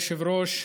אדוני היושב-ראש,